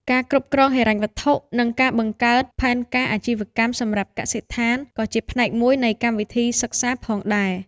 ការគ្រប់គ្រងហិរញ្ញវត្ថុនិងការបង្កើតផែនការអាជីវកម្មសម្រាប់កសិដ្ឋានក៏ជាផ្នែកមួយនៃកម្មវិធីសិក្សាផងដែរ។